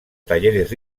talleres